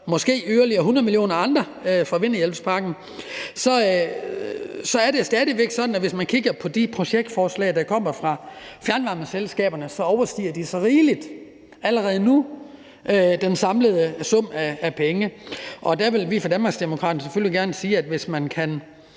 måske yderligere 100 mio. kr. fra vindenergihjælpepakken i, så er det jo stadig væk sådan, at de projektforslag, der er kommet fra fjernvarmeselskaberne, så rigeligt allerede nu overstiger den samlede sum af penge i puljen. Der vil vi fra Danmarksdemokraternes side selvfølgelig gerne sige, at hvis man kan